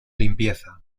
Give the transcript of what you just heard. limpieza